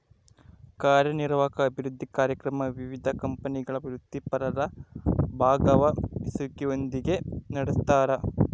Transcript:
ಕಾರ್ಯನಿರ್ವಾಹಕ ಅಭಿವೃದ್ಧಿ ಕಾರ್ಯಕ್ರಮ ವಿವಿಧ ಕಂಪನಿಗಳ ವೃತ್ತಿಪರರ ಭಾಗವಹಿಸುವಿಕೆಯೊಂದಿಗೆ ನಡೆಸ್ತಾರ